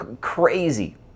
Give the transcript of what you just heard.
Crazy